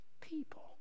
People